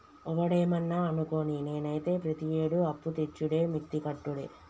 ఒవడేమన్నా అనుకోని, నేనైతే ప్రతియేడూ అప్పుతెచ్చుడే మిత్తి కట్టుడే